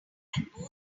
candle